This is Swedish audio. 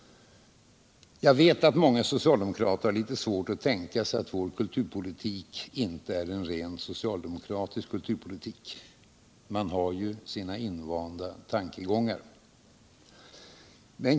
Jag vet att många socialdemokrater har litet svårt att tänka sig att vår kulturpolitik inte är en rent socialdemokratisk kulturpolitik. Man har sina invanda tankegångar.